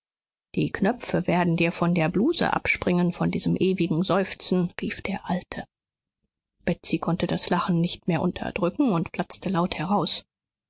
die knöpfe werden dir von der bluse abspringen von diesem ewigen seufzen rief der alte betsy konnte das lachen nicht mehr unterdrücken und platzte laut heraus